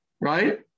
right